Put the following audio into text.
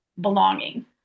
belonging